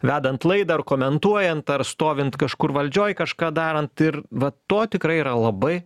vedant laidą ar komentuojant ar stovint kažkur valdžioj kažką darant ir va to tikrai yra labai